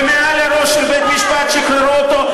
ומעל לראש של בית-המשפט שחררו אותו,